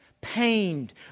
Pained